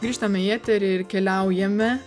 grįžtam į eterį ir keliaujame